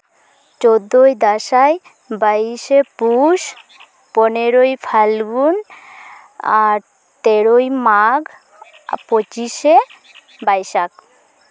ᱪᱳᱫᱽᱫᱳᱭ ᱫᱟᱸᱥᱟᱭ ᱵᱟᱭᱤᱥᱮ ᱯᱩᱥ ᱯᱚᱱᱮᱨᱳᱭ ᱯᱷᱟᱞᱜᱩᱱ ᱟᱨ ᱛᱮᱨᱳᱭ ᱢᱟᱜᱽ ᱯᱚᱸᱪᱤᱥᱮ ᱵᱟᱭᱥᱟᱠᱷ